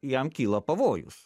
jam kyla pavojus